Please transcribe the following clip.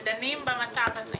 ודנים במצב הזה.